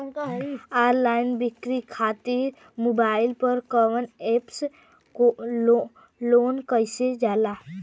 Online बिक्री खातिर mobile पर कवना एप्स लोन कईल जाला?